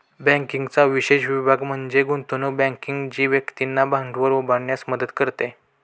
बँकिंगचा विशेष विभाग म्हणजे गुंतवणूक बँकिंग जी व्यक्तींना भांडवल उभारण्यास मदत करते